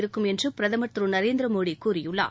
இருக்கும் என்று பிரதமர் திரு நரேந்திர மோடி கூறியுள்ளார்